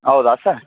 ಹೌದಾ ಸರ್